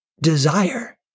desire